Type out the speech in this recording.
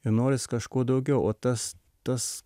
ir noris kažko daugiau o tas tas